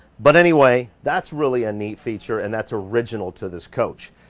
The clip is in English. but anyway, that's really a neat feature and that's original to this coach.